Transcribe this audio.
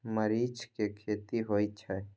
मरीच के खेती होय छय?